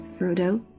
Frodo